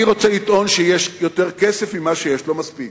אני רוצה לטעון שיש יותר כסף ממה שיש, לא מספיק: